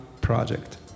Project